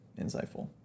insightful